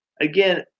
Again